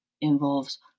involves